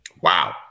Wow